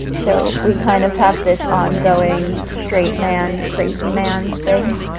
so we kind of have this ongoing straight man crazy man thing,